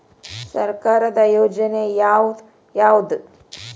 ಸರ್ಕಾರದ ಯೋಜನೆ ಯಾವ್ ಯಾವ್ದ್?